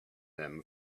them